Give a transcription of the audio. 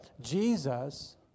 Jesus